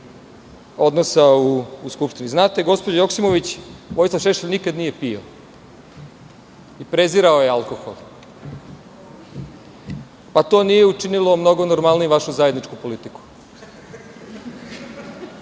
odnosa u Skupštini. Znate, gospođo Joksimović, Vojislav Šešelj nikada nije pio, i prezirao je alkohol, pa to nije učinilo mnogo normalnijim vašu zajedničku politiku. Zamoliću